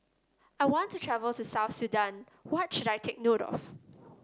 i want to travel to South Sudan What should I take note of